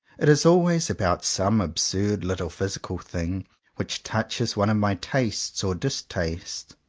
it is always about some absurd little physical thing which touches one of my tastes or distastes.